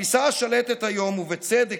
התפיסה השלטת היום, ובצדק,